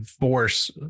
force